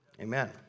Amen